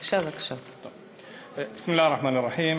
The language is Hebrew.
בסם אללה א-רחמאן א-רחים.